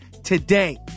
Today